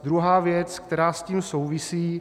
Druhá věc, která s tím souvisí.